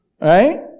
Right